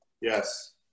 Yes